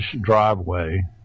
driveway